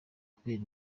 kubera